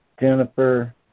Jennifer